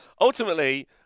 Ultimately